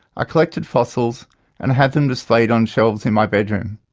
i collected fossils and had them displayed on shelves in my bedroom.